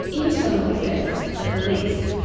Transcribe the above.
internal defence. the police.